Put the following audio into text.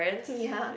ya